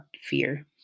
fear